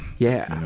yeah.